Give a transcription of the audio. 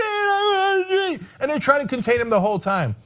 yeah and they try to contain him the whole time.